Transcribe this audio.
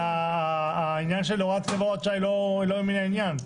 העניין של הוראת השעה אינו מן העניין,